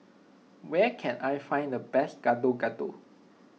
where can I find the best Gado Gado